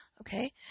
Okay